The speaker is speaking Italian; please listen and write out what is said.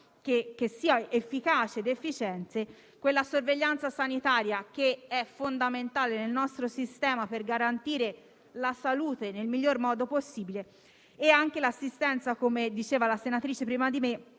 che fossero efficaci ed efficienti. La sorveglianza sanitaria è fondamentale nel nostro sistema per garantire la salute nel miglior modo possibile e anche un'assistenza - come diceva la collega prima di me